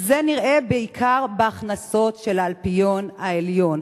זה נראה בעיקר בהכנסות של האלפיון העליון.